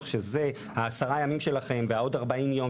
שה-10 ימים שלכם ועוד 40 יום,